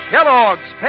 Kellogg's